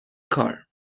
کار